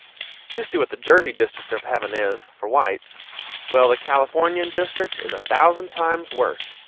you see what the jersey district of heaven is, for whites well, the californian district is a thousand times worse.